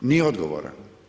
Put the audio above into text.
Ni odgovora.